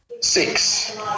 six